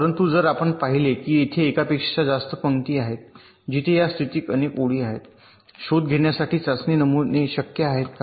परंतु जर आपण पाहिले असेल की तेथे एकापेक्षा जास्त पंक्ती आहेत जिथे या स्थितीत अनेक ओळी आहेत योग्य शोधण्यासाठी चाचणी नमुने शक्य आहेत का